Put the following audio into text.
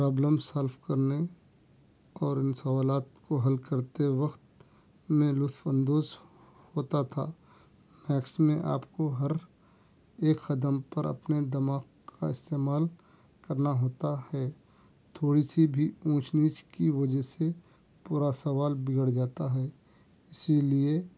problem solve کرنے اور ان سوالات کو حل کرتے وقت میں لطف اندوز ہوتا تھا میکس میں آپ کو ہر ایک قدم پر اپنے دماغ کا استعمال کرنا ہوتا ہے تھوڑی سی بھی اونچ نیچ کی وجہ سے پورا سوال بگڑ جاتا ہے اسی لئے